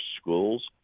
schools